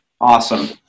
Awesome